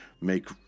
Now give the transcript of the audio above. make